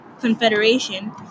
Confederation